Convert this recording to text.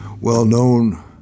well-known